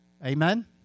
Amen